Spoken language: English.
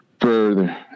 further